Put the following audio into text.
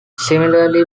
similarly